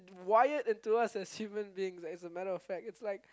wired into us as humans beings like it's a matter of fact it's like